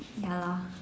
ya lor